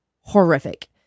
horrific